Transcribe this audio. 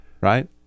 right